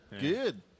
Good